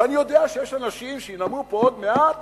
ואני יודע שיש אנשים שינאמו פה עוד מעט